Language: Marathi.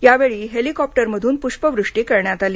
यावेळी हेलीकॉप्टरमधून पुष्पवृष्टी करण्यात आली